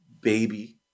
baby